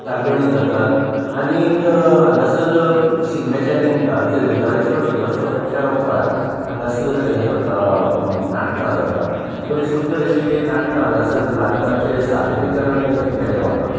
तालगडी जातात आनीक हांगासर शिगम्याच्या निमतानसर वेताळेश्वर देवस्थानाच्या मुखार हांगासर हें जाता नाटकां जाता बरी सुंदर अशीं नाटकां हांगासर नाटकांचें सादरीकरण केलें वतातात